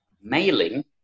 mailing